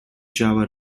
java